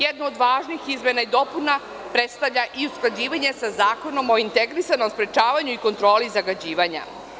Jednu od važnih izmena i dopuna predstavlja i usklađivanje sa Zakonom o integrisanom sprečavanju i kontroli zagađivanja.